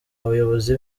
abayobozi